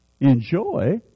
enjoy